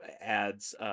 adds